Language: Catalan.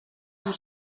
amb